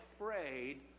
afraid